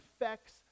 effects